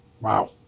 Wow